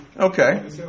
Okay